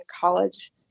college